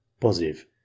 positive